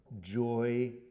joy